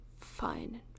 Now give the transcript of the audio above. fine